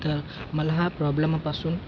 तर मला हा प्रॉब्लेमापासून